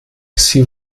sie